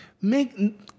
make